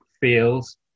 feels